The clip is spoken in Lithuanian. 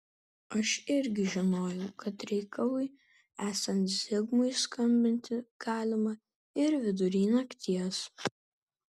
aš irgi žinojau kad reikalui esant zigmui skambinti galima ir vidury nakties